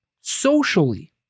socially